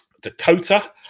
Dakota